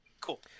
Cool